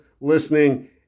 listening